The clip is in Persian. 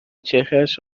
چهرهاش